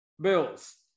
Bills